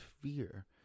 fear